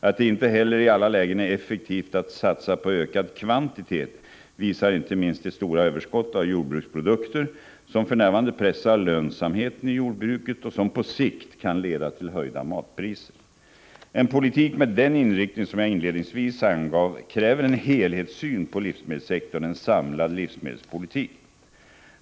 Att det inte heller i alla lägen är effektivt att satsa på ökad kvantitet visar inte minst de stora överskott av jordbruksprodukter som för närvarande pressar lönsamheten i jordbruket och som på sikt kan leda till höjda matpriser. En politik med den inriktning som jag inledningsvis angav kräver en helhetssyn på livsmedelssektorn — en samlad livsmedelspolitik.